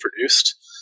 produced